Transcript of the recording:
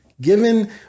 Given